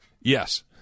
Yes